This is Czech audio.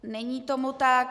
Není tomu tak.